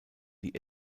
die